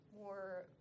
more